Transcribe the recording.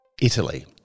Italy